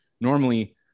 Normally